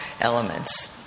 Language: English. elements